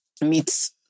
meets